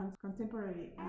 contemporary